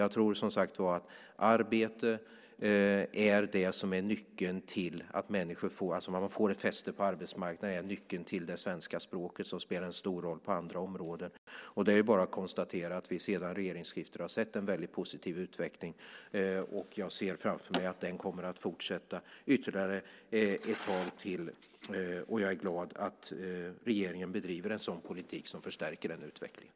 Jag tror som sagt att arbete, det vill säga att man får fotfäste på arbetsmarknaden, är nyckeln till svenska språket, som spelar en stor roll på andra områden. Det är bara att konstatera att vi sedan regeringsskiftet har sett en väldigt god utveckling. Jag ser framför mig att den kommer att fortsätta ytterligare ett tag. Jag är glad att regeringen bedriver en politik som förstärker den utvecklingen.